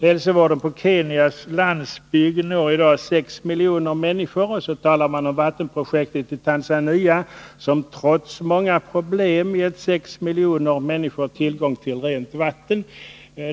Hälsovården på Kenyas landsbygd når idag sex miljoner människor.” Sedan talar man om vattenprojektet i Tanzania, som ”— trots många problem — gett sex miljoner människor tillgång till rent vatten”.